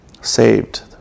saved